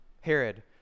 Herod